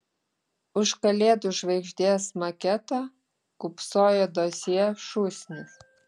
už kalėdų žvaigždės maketo kūpsojo dosjė šūsnis